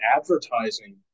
advertising